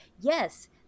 yes